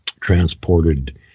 transported